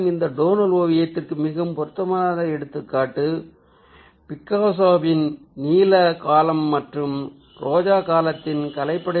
இந்த டோனல் ஓவியத்திற்கு மிகவும் பொருத்தமான எடுத்துக்காட்டு பிக்காஸோவின் நீல காலம் மற்றும் ரோஜா காலத்தின் கலைப்படைப்பு